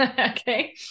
Okay